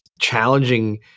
Challenging